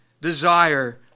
desire